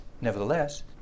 Nevertheless